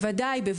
בוודאי.